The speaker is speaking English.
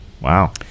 wow